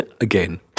Again